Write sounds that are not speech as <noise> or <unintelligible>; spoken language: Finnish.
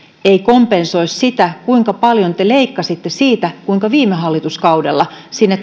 ei kompensoi sitä kuinka paljon te leikkasitte siitä kuinka viime hallituskaudella sinne <unintelligible>